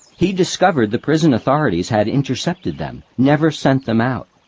he discovered the prison authorities had intercepted them, never sent them out.